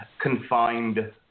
confined